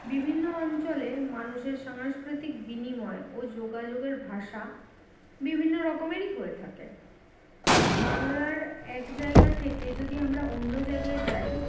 বিভিন্ন অঞ্চলে মানুষের সাংস্কৃতিক বিনিময় ও যোগাযোগের ভাষা বিভিন্ন রকমেরই হয়ে থাকে বাংলার এক জায়গা থেকে যদি আমার অন্য জায়গায় যাই